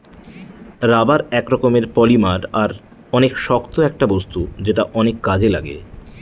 rubber এক রকমের polymer আর অনেক শক্ত একটা বস্তু যেটা অনেক কাজে লাগে